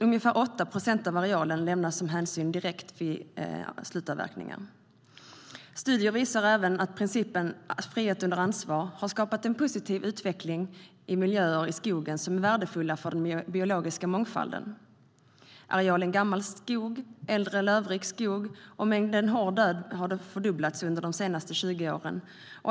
Ungefär 8 procent av arealen lämnas av hänsyn direkt vid slutavverkningen. Studier visar även att principen frihet under ansvar har skapat en positiv utveckling i miljöer i skogen som är värdefulla för den biologiska mångfalden. Arealen gammal skog och äldre lövrik skog samt mängden hård död ved har fördubblats under de senaste 20 åren.